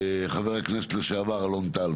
חבר הכנסת לשעבר אלון טל,